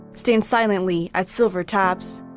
stand silently at silver taps,